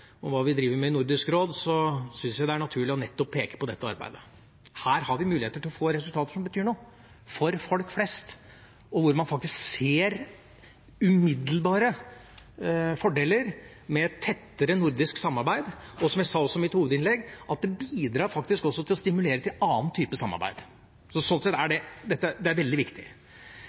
om hva vi driver med i Nordisk råd, syns jeg det er naturlig å peke på dette arbeidet. Her har vi muligheter til å få resultater som betyr noe for folk flest, og hvor man ser umiddelbare fordeler med tettere nordisk samarbeid. Som jeg også sa i mitt hovedinnlegg, bidrar dette til å stimulere til en annen type samarbeid. Sånn sett er dette veldig viktig. Men det er